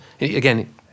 again